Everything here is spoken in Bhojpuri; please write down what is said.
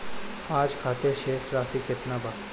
आज खातिर शेष राशि केतना बा?